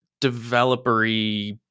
developer-y